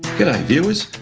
viewers,